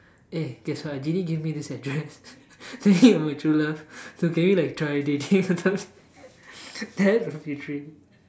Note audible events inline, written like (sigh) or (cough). eh guess what a genie gave me this address (laughs) so you're my true love so can we like try dating (laughs) or something that would be literally